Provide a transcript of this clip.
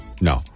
No